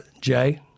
Jay